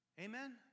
Amen